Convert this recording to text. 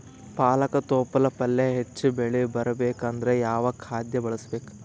ಪಾಲಕ ತೊಪಲ ಪಲ್ಯ ಹೆಚ್ಚ ಬೆಳಿ ಬರಬೇಕು ಅಂದರ ಯಾವ ಖಾದ್ಯ ಬಳಸಬೇಕು?